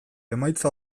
emaitza